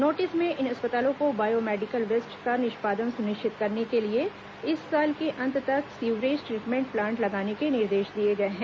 notice में इन अस्पतालों को बायो मेडिकल वेस्ट का निष्पादन सुनिश्चित करने के लिए इस साल के अंत तक सीवरेज द्रीटमेंट प्लांट लगाने के निर्देश दिए गए हैं